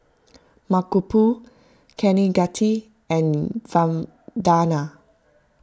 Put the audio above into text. Mankombu Kaneganti and Vandana